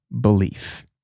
belief